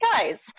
guys